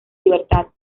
libertad